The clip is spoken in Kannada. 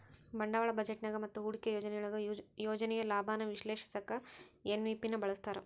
ಬಂಡವಾಳ ಬಜೆಟ್ನ್ಯಾಗ ಮತ್ತ ಹೂಡಿಕೆ ಯೋಜನೆಯೊಳಗ ಯೋಜನೆಯ ಲಾಭಾನ ವಿಶ್ಲೇಷಿಸಕ ಎನ್.ಪಿ.ವಿ ನ ಬಳಸ್ತಾರ